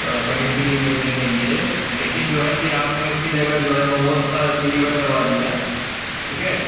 paneer chilli भेजने के लिए लेकिन जो है कि आपने उसकी जगह जो है मोमोज़ का डीलीवर करवा दिया ठीक है